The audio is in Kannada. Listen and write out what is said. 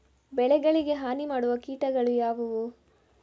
ಬೆಳೆಗಳಿಗೆ ಹಾನಿ ಮಾಡುವ ಕೀಟಗಳು ಯಾವುವು?